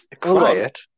quiet